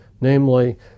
namely